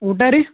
ಊಟ ರೀ